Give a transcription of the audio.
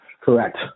Correct